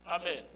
Amen